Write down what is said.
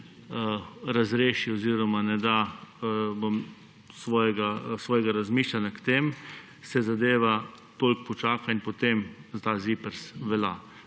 razreši oziroma ne da svojega razmišljanja k temu, se zadeva toliko počaka in potem ta ZIPRS velja.